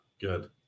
good